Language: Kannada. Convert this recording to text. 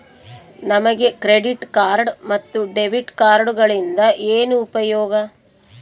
ನಮಗೆ ಕ್ರೆಡಿಟ್ ಕಾರ್ಡ್ ಮತ್ತು ಡೆಬಿಟ್ ಕಾರ್ಡುಗಳಿಂದ ಏನು ಉಪಯೋಗ?